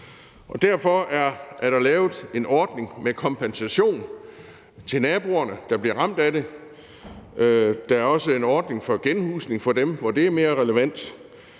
Derfor er der lavet en ordning med kompensation til naboerne, der bliver ramt af det. Der er også en ordning for genhusning for dem, hvor det er mere relevant,